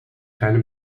keine